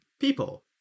people